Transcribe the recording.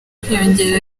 kwiyongera